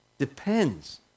Depends